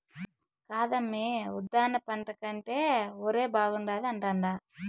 కాదమ్మీ ఉద్దాన పంట కంటే ఒరే బాగుండాది అంటాండా